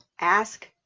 ask